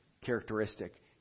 characteristic